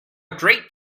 great